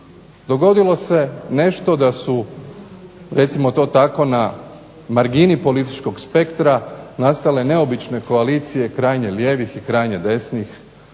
Dogodilo se nešto da su, recimo to tako, na margini političkog spektra nastale neobične koalicije krajnje lijevih i krajnje desnih.